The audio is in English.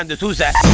and susai,